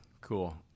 cool